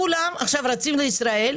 כולם רצים עכשיו לישראל,